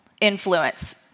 influence